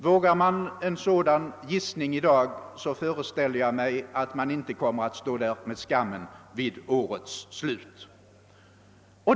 Vågar man sig på en sådan gissning föreställer jag mig att man inte kommer att stå där med skammen vid årets slut.